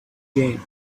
game